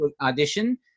audition